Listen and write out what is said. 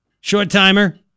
short-timer